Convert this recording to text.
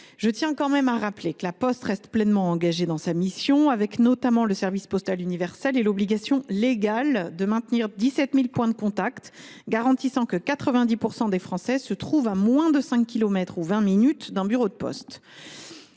je tiens à rappeler que La Poste reste pleinement engagée dans sa mission de service public, avec notamment le service postal universel et l’obligation légale de maintenir 17 000 points de contact, garantissant que 90 % des Français se trouvent à moins de 5 kilomètres ou de 20 minutes d’un bureau de poste.